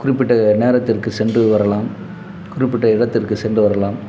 குறிப்பிட்ட நேரத்திற்கு சென்று வரலாம் குறிப்பிட்ட இடத்திற்கு சென்று வரலாம்